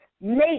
make